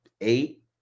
eight